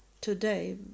today